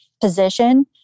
position